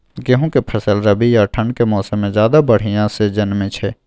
गेहूं के फसल रबी आ ठंड के मौसम में ज्यादा बढ़िया से जन्में छै?